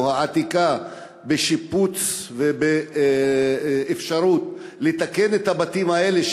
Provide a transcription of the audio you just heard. העתיקה בשיפוץ ובאפשרות לתקן את הבתים האלה,